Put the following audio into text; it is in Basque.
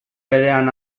berean